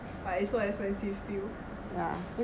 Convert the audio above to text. but it is so expensive still ya